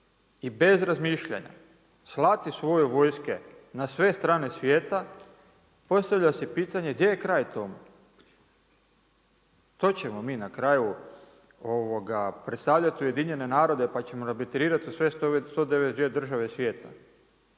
i bez razmišljanja, slati svoje vojske na sve strane svijeta, postavlja se pitanje gdje je kraj tome. To ćemo mi na kraju predstavljati UN pa ćemo …/Govornik se ne razumije./… u sve 192 države svijeta.